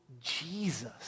Jesus